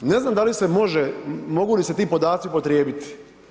Ne znam da li se može, mogu li se ti podaci upotrijebiti.